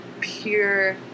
pure